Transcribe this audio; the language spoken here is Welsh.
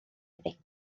iddi